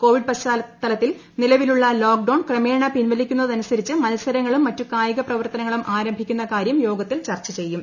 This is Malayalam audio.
കോവിഡ് പശ്ചാത്തലത്തിൽ നിലവിലുള്ള ലോക്ഡൌൺ ക്രമേണ പിൻവലിക്കുന്നതനുസരിച്ച് മത്സരങ്ങളും മറ്റു കായിക പ്രവർത്തനങ്ങളും ആരംഭിക്കുന്ന കാര്യം യോഗത്തിൽ ചർച്ച ചെയ്യും